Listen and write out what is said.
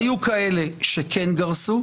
היו כאלה שכן גרסו.